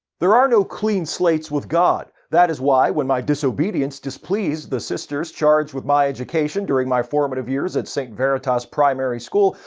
there are no clean slates with god. that is why, when my disobedience displeased the sisters charged with my education during my formative years at st. veritas primary school,